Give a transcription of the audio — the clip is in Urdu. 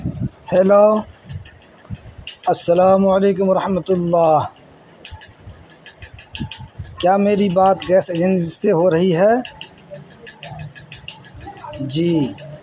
ہیلو السّلام علیکم و رحمت اللّہ کیا میری بات گیس ایجنسی سے ہو رہی ہے جی